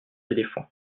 éléphants